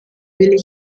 billig